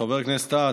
חבר הכנסת טאהא,